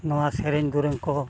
ᱱᱚᱣᱟ ᱥᱮᱨᱮᱧ ᱫᱩᱨᱟᱹᱝ ᱠᱚ